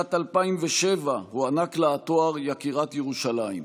ובשנת 2007 הוענק לה התואר יקירת ירושלים.